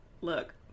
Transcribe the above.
look